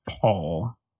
Paul